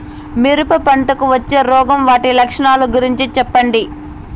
మిరప పంటకు వచ్చే రోగం వాటి లక్షణాలు గురించి చెప్పండి?